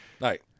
right